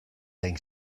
think